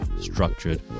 structured